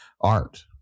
art